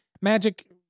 magic